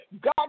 God